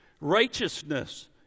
Righteousness